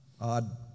odd